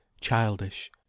childish